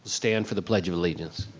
stand for the pledge of allegiance.